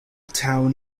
town